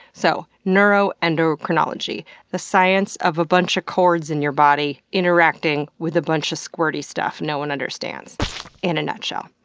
so, neuroendocrinology the science of a bunch of cords in your body interacting with a bunch of squirty stuff no one understands in a nutshell.